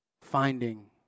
finding